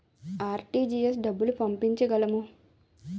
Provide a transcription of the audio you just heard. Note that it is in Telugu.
ఆర్.టీ.జి.ఎస్ డబ్బులు పంపించగలము?